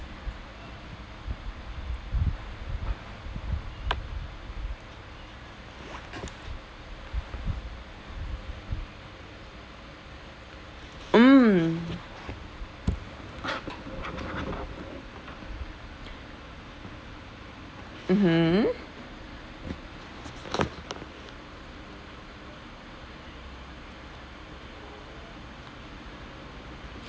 mm mmhmm